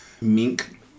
mink